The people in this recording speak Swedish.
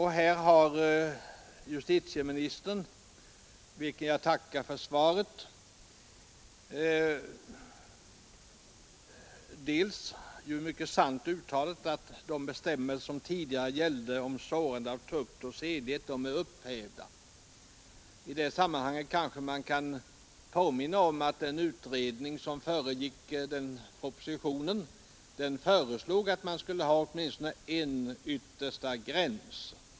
Herr justitieministern, vilken jag tackar för svaret, har mycket sant uttalat att de bestämmelser som tidigare gällde om sårande av tukt och sedlighet är upphävda. I det sammanhanget kanske det bör påminnas om att den utredning som föregick propositionen föreslog att det skulle finnas åtminstone en yttersta gräns.